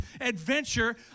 adventure